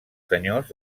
senyors